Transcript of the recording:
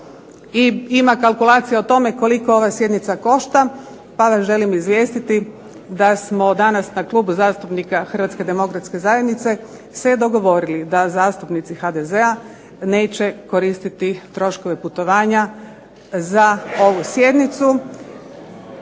ima kalkulacija o tome koliko ova sjednica košta. Pa vas želim izvijestiti da smo danas na Klubu zastupnika Hrvatske demokratske zajednice se dogovorili da zastupnici HDZ-a neće koristiti troškove putovanja za ovu sjednicu.